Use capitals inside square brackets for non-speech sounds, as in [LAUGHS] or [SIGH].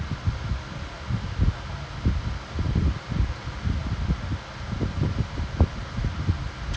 I mean like I see how lah I mean like we can just try but then if not because for only one month so I don't mind ditching lah I am happy eighty per hour lah [LAUGHS]